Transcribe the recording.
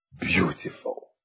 Beautiful